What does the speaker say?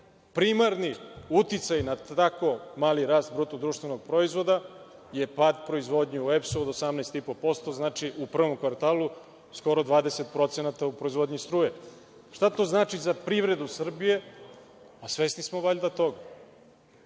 primarni uticaj na tako mali rast bruto društvenog proizvoda je pad proizvodnje u EPS-u od 18,5%. Znači, u prvom kvartalu skoro 20% u proizvodnji struje. Šta to znači za privredu Srbije? Svesni smo valjda toga. Da